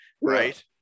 right